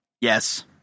Yes